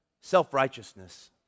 Self-righteousness